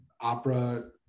opera